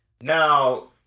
Now